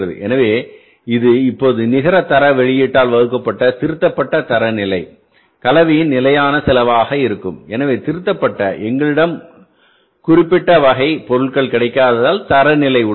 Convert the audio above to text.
எனவே இது இப்போது நிகர தரநிலை வெளியீட்டால் வகுக்கப்பட்ட திருத்தப்பட்ட தரநிலை கலவையின் நிலையான செலவாக இருக்கும் எனவேதிருத்தப்பட்டஎங்களிடம் குறிப்பிட்ட வகை பொருள் கிடைக்காததால்தரநிலைஉள்ளது